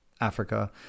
Africa